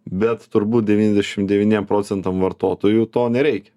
bet turbūt devyniasdešim devyniem procentam vartotojų to nereikia